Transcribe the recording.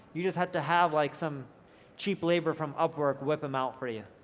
you just have to have like some cheap labor from upwork whip em out for you.